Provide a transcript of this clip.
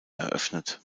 eröffnet